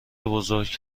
بزرگ